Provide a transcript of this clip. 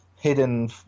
hidden